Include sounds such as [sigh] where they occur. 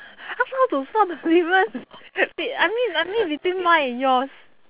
how how to spot the difference [laughs] wait I mean I mean between mine and yours